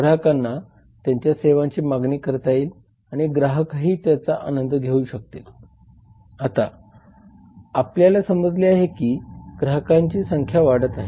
उदाहरणार्थ अनिवार्य केलेले रिसायकल कायद्यांमुळे रीसायकल उद्योगाला चालना मिळाली आहे